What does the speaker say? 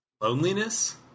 Loneliness